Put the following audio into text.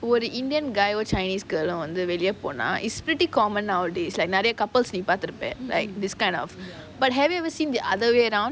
will the indian guy or the chinese girl வந்து வெளிய பொண்ண:vanthu veliya ponna is pretty common nowadays is like நிறைய:niraiya couples நீ பாத்து இருப்ப:nee paathu iruppa couples like this kind of but have you ever seen the other way around